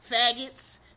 faggots